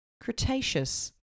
Cretaceous